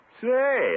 Say